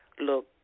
look